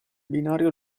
binario